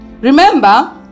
Remember